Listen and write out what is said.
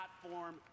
platform